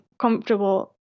comfortable